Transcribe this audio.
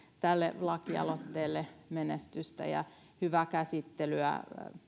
tälle lakialoitteelle menestystä ja hyvää käsittelyä